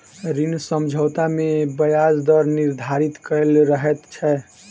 ऋण समझौता मे ब्याज दर निर्धारित कयल रहैत छै